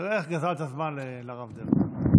תראה איך גזלת זמן לרב דרעי.